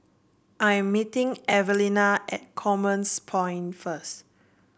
I am meeting Evelena at Commerce Point first